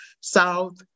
South